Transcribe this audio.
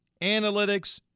analytics